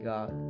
God